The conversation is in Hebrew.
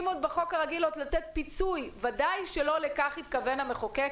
בחוק הרגיל לתת פיצוי ודאי שלא לכך התכוון המחוקק,